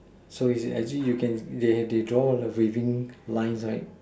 so is it actually you can they they draw the waving lines right